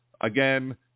again